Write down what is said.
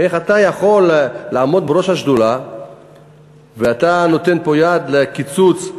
איך אתה יכול לעמוד בראש השדולה ופה אתה נותן יד לקיצוץ,